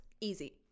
easy